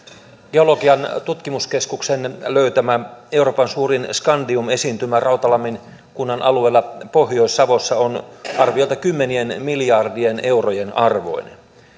geolo gian tutkimuskeskuksen löytämä euroopan suurin skandium esiintymä rautalammin kunnan alueella pohjois savossa on arviolta kymmenien miljardien eurojen arvoinen